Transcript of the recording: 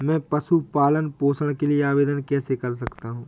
मैं पशु पालन पोषण के लिए आवेदन कैसे कर सकता हूँ?